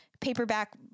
paperback